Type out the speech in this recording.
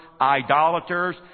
idolaters